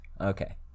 Okay